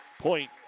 Point